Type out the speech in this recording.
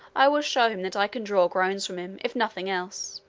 i will show him that i can draw groans from him, if nothing else.